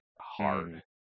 hard